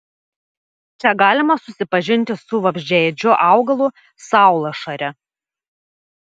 čia galima susipažinti su vabzdžiaėdžiu augalu saulašare